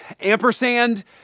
Ampersand